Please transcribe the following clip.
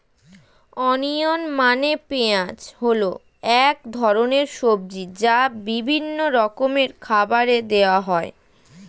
onion মানে পেঁয়াজ হল এক ধরনের সবজি যা বিভিন্ন রকমের খাবারে দেওয়া হয়